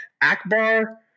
Akbar